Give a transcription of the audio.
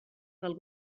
del